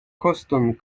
koston